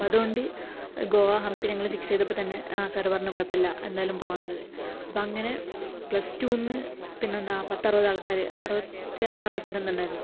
അപ്പോൾ അതുകൊണ്ട് ഗോവ ഹംപി ഞങ്ങള് ഫിക്സ് ചെയ്തപ്പോൾ തന്നെ ആ സാറ് പറഞ്ഞു കുഴപ്പമില്ല എന്തായാലും പോവാം എന്നുള്ളത് അപ്പം അങ്ങനെ പ്ലസ് ടൂ ന്ന് പിന്നെന്താ പത്തറുപത് ആള്ക്കാര് അറുപത്തി ആറ് ആള്ക്കാര് എന്തോ ഉണ്ടായിരുന്നു